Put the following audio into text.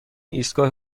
ایستگاه